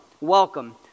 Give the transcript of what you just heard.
welcome